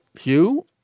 Hugh